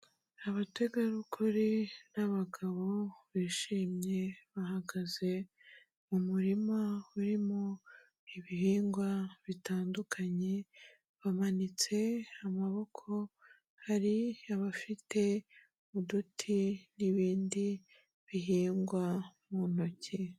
Abategarugori n'abagabo bishimye, bahagaze mu murima urimo ibihingwa bitandukanye, bamanitse amaboko hari abafite uduti n'ibindi bihingwa mu ntoki.